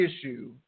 issue